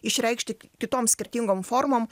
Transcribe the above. išreikšti kitom skirtingom formom